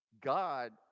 god